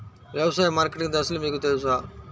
వ్యవసాయ మార్కెటింగ్ దశలు మీకు తెలుసా?